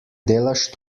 delaš